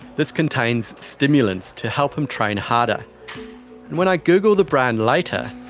this contains stimulants to help him train harder. and when i google the brand later,